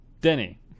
Denny